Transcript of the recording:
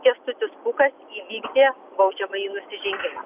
kęstutis pūkas įvykdė baudžiamąjį nusižengimą